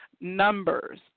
numbers